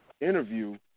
interview